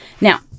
Now